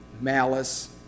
malice